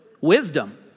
Wisdom